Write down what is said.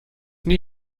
nie